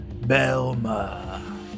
Belma